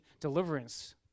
deliverance